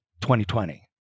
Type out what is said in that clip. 2020